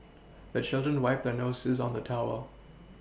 the children wipe their noses on the towel